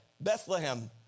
Bethlehem